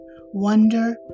wonder